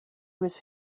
was